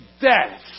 death